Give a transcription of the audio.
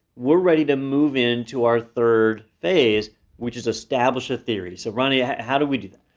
we're ready to move into our third phase which is establish a theory. so ronnie, how do we do that?